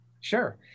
Sure